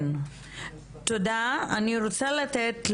תודה, אני רוצה לתת